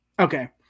Okay